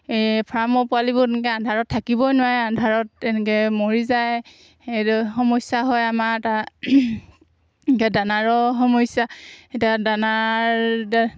এই ফাৰ্মৰ পোৱালিবোৰ তেনেকৈ আন্ধাৰত থাকিবই নোৱাৰে আন্ধাৰত তেনেকৈ মৰি যায় সেইটো সমস্যা হয় আমাৰ তাত এনেকৈ দানাৰো সমস্যা এতিয়া দানাৰ